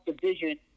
division